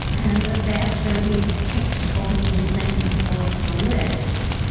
and the faster we ticked all these things off the list,